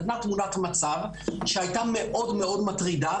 היא נתנה תמונת מצב שהייתה מאוד-מאוד מטרידה,